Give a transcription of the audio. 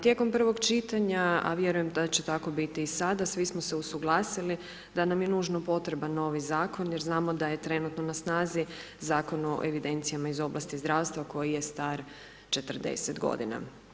Tijekom prvog čitanja, a vjerujem da će tako biti i sada, svi smo se usuglasili da nam je nužno potreban novi zakon jer znamo da je trenutno na snazi Zakon o evidencijama iz oblasti zdravstva koji je star 40 godina.